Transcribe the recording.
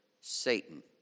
Satan